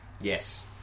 Yes